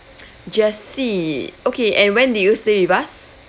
jessie okay and when do you stay with us